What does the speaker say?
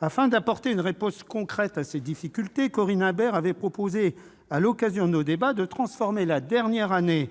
Afin d'apporter une réponse concrète à ces difficultés, Corinne Imbert avait proposé à l'occasion de nos débats de transformer la dernière année